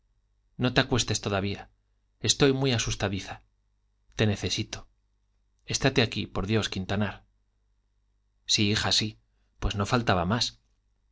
no te acuestes todavía estoy muy asustadiza te necesito estáte aquí por dios quintanar sí hija sí pues no faltaba más